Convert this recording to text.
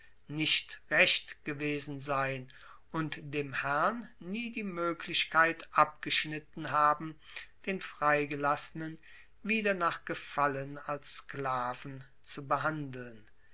nicht recht gewesen sein und dem herrn nie die moeglichkeit abgeschnitten haben den freigelassenen wieder nach gefallen als sklaven zu behandeln